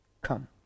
come